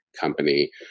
company